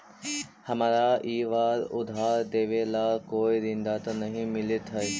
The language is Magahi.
हमारा ई बार उधार देवे ला कोई ऋणदाता नहीं मिलित हाई